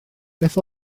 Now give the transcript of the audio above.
beth